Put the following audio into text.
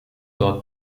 dort